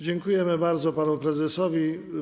Dziękujemy bardzo panu prezesowi.